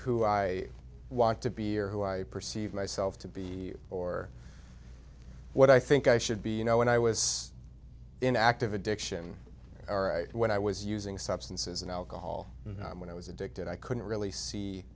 who i want to be or who i perceive myself to be or what i think i should be you know when i was in active addiction when i was using substances and alcohol when i was addicted i couldn't really see